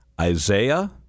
Isaiah